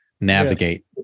navigate